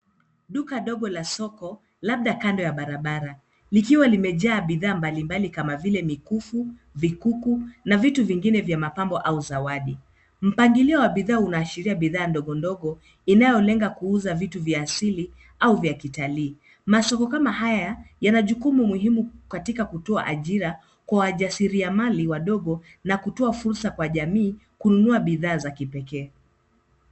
Duka dogo la soko, labda kando ya barabara, likiwa limejaa bidhaa mbalimbali kama vile mikufu, vikuku, na vitu vingine vya mapambo au zawadi. Mpangilio wa bidhaa unaashiria bidhaa ndogo ndogo, inayolenga kuuza vitu vya asili au vya kitalii. Masoko kama haya yana jukumu muhimu katika kutoa ajira kwa wajasiriamali wadogo na kutoa fursa kwa jamii kununua bidhaa za kipekee.